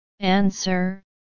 Answer